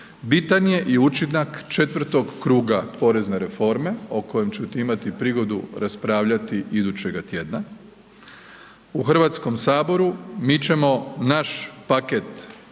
bitan je i učinak četvrtoga kruga porezne reforme o kojem ćete imati prigodu raspravljati idućega tjedna u Hrvatskom saboru. Mi ćemo naš paket